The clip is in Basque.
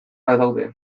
badaude